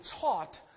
taught